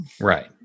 right